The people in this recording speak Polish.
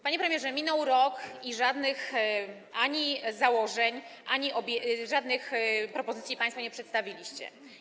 Panie premierze, minął rok i żadnych ani założeń, ani propozycji państwo nie przedstawiliście.